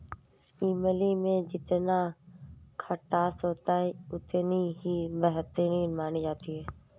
इमली में जितना खटास होता है इतनी ही बेहतर मानी जाती है